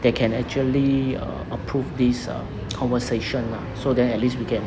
they can actually uh approve this um conversation lah so then at least we can